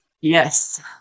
yes